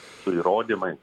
su įrodymais